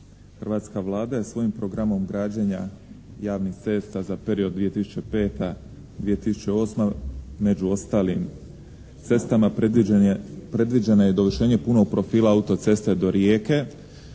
Hrvatska Vlada je svojim programom građenja javnih cesta za period 2005. – 2008. među ostalim cestama predviđeno je dovršenje punog profila autoceste do Rijeke.